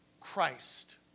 Christ